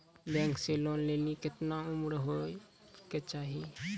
Bank से loan लेली केतना उम्र होय केचाही?